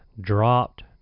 dropped